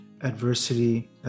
adversity